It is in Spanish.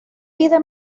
pide